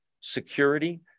Security